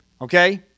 Okay